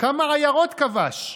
כמה עיירות כבש?